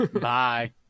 Bye